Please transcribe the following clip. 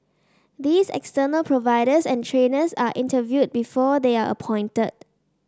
these external providers and trainers are interviewed before they are appointed